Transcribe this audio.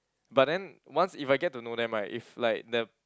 but then once if I get to know them right if like the